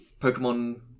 pokemon